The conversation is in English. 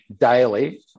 daily